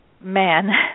man